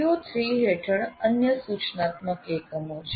CO3 હેઠળ અન્ય સૂચનાત્મક એકમો છે